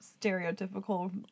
stereotypical